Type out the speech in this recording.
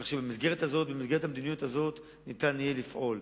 כך שבמסגרת המדיניות הזאת ניתן יהיה לפעול.